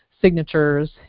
signatures